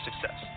success